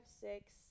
six